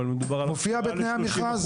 אבל מדובר על 30%. זה מופיע בתנאי המכרז?